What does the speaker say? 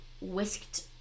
whisked